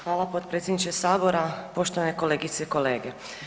Hvala potpredsjedniče Sabora, poštovane kolegice i kolege.